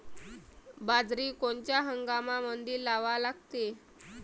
बाजरी कोनच्या हंगामामंदी लावा लागते?